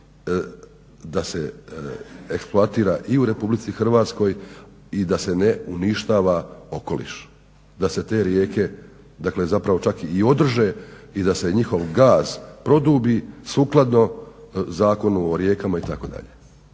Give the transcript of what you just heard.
da se eksploatira i u RH i da se ne uništava okoliš. Da se te rijeke, dakle zapravo čak i održe i da se njihov gaz produbi sukladno Zakonu o rijekama itd.,